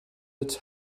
its